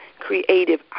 creative